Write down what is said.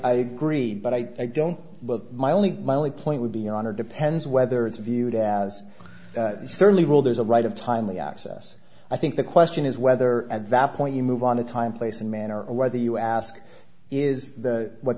i agree but i don't but my only my only point would be honored depends whether it's viewed as they certainly will there's a right of timely access i think the question is whether at valid point you move on to time place and manner or whether you ask is that what